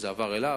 וזה עבר אליו,